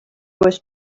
was